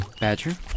Badger